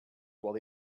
while